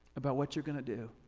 about what you're gonna do